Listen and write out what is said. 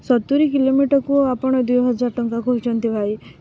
ସତୁରି କିଲୋମିଟରକୁ ଆପଣ ଦୁଇ ହଜାର ଟଙ୍କା କହୁଛନ୍ତି ଭାଇ